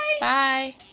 Bye